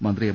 മന്ത്രി എം